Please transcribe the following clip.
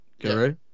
Guru